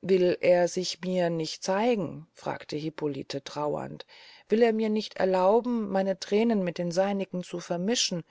will er sich mir denn nicht zeigen sprach hippolite traurend will er mir nicht erlauben meine thränen mit den seinigen zu vermischen